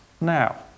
now